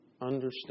understand